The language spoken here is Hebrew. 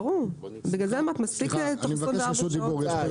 ברור, לכן אמרתי שמספיק 24 שעות.